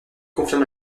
confirme